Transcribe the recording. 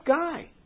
guy